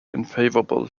unfavourable